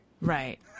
Right